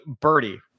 birdie